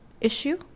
issue